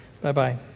Bye-bye